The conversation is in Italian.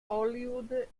hollywood